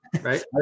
Right